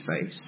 face